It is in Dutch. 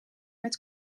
met